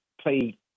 play